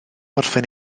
orffen